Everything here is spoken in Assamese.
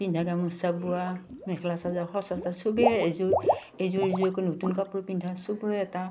পিন্ধা গামোচা বোৱা মেখেলা চাদৰ চবেই এযোৰ এযোৰ এযোৰকৈ নতুন কাপোৰ পিন্ধা চবৰে এটা